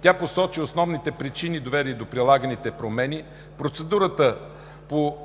Тя посочи основните причини, довели до предлаганите промени – процедурата по